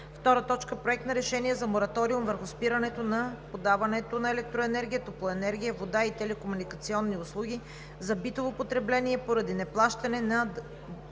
март 2020 г. 2. Проект на решение за мораториум върху спирането на подаването на електроенергия, топлоенергия, вода и телекомуникационни услуги за битово потребление поради неплащане на дължими